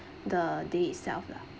the day itself lah